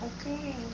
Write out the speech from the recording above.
Okay